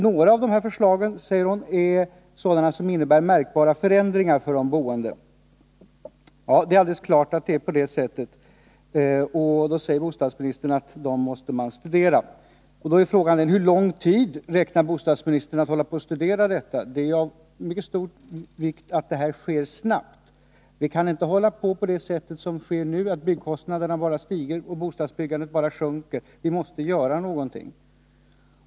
Några av dessa förslag, säger hon, är sådana som innebär märkbara förändringar för de boende. Det är alldeles klart att det är på det sättet. Bostadsministern säger att dessa förslag måste studeras. Då är frågan: Hur lång tid räknar bostadsministern med att hålla på och studera detta? Det är ju av mycket stor vikt att det sker snabbt. Vi kan inte fortsätta som nu, när byggkostnaderna bara stiger och bostadsbyggandet bara sjunker. Vi måste göra någonting.